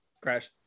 Crash